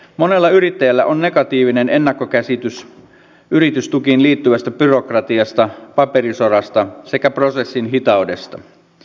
monella yrittäjällä on negatiivinen ennakkokäsitys yritystukiin liittyvästä byrokratiasta paperisodasta sekä prosessin hitaudesta